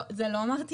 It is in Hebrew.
לא, את זה לא אמרתי.